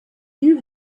you